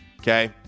okay